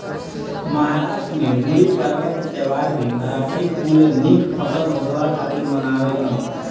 महाराष्ट्र में गुड़ीपड़वा के त्यौहार भी मराठी कुल निक फसल होखला खातिर मनावेलन